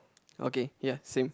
okay ya same